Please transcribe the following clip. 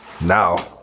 now